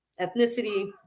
ethnicity